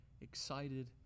excited